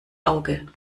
auge